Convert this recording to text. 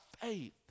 faith